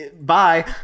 bye